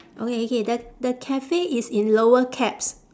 okay okay the the cafe is in lower caps